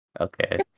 Okay